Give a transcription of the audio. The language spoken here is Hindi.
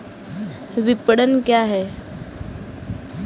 विपणन क्या है?